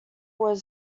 was